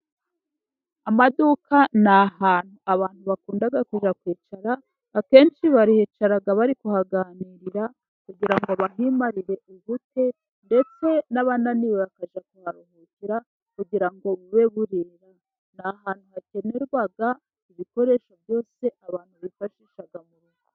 Amaduka n'ahantu abantu bakunda kujya kwicyara, akenshi baricyara bari kuhaganirira kugirango ngo bahimarire ubute. Ndetse n'abananiwe bakajya kuharuhukira kugira ngo bube burira. N'ahantu hakenerwa ibikoresho byose abantu bifashisha murugo.